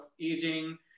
aging